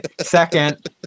Second